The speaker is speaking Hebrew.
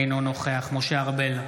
אינו נוכח משה ארבל,